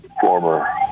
former